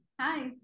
Hi